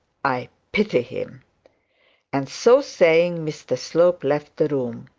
i pity him and so saying, mr slope left the room.